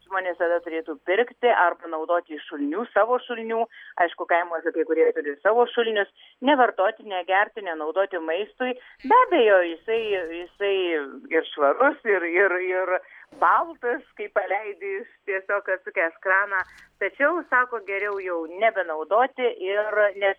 žmonės tada turėtų pirkti arba naudoti iš šulinių savo šulinių aišku kaimuose kai kurie turi ir savo šulinius nevartoti negerti nenaudoti maistui be abejo jisai jisai ir švarus ir ir ir baltas kai paleidi tiesiog atsukęs kraną tačiau sako geriau jau nebenaudoti ir nes